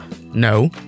No